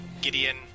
Gideon